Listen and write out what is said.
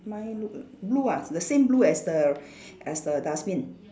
mine look blue ah the same blue as the as the dustbin